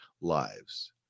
lives